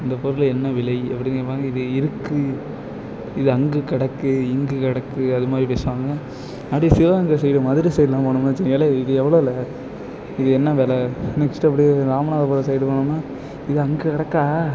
இந்த பொருள் என்ன விலை அப்படினு கேட்பாங்க இது இருக்குது இது அங்கே கிடக்கு இங்கு கிடக்கு அது மாதிரி பேசுவாங்கள் அப்படியே சிவகங்கை சைடு மதுரை சைட்லாம் போனோம்னு வச்சீங்களேன் ஏலேய் இது எவ்வளோல இது என்ன வில நெக்ஸ்ட் அப்படியே ராமநாதபுரம் சைடு போனோம்னால் இது அங்கே கிடக்கா